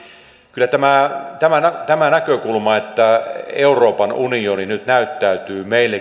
kyllä tämä näkökulma että euroopan unioni nyt näyttäytyy meille